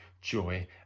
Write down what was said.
joy